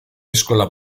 eskola